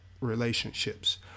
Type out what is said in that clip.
relationships